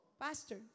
pastor